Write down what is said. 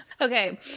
okay